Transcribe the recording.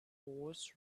horse